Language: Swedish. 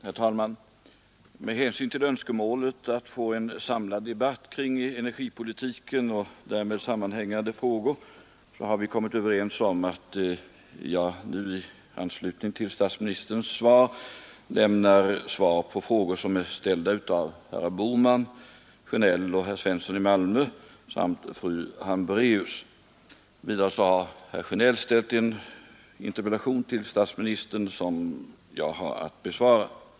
Herr talman! Med hänsyn till önskemålet att få en samlad debatt kring energipolitiken och därmed sammanhängande frågor har vi kommit överens om att jag, i anslutning till statsministerns svar, skall lämna svar på interpellationer som är framställda av herrar Bohman, Sjönell och Svensson i Malmö samt fru Hambraeus. Vidare har herr Sjönell framställt en interpellation till statsministern, som jag har att besvara.